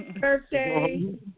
birthday